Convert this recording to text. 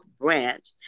branch